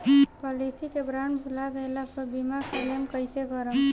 Policy के bond भुला गैला पर बीमा क्लेम कईसे करम?